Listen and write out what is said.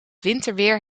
winterweer